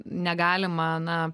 negalima na